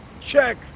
Check